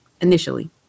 initially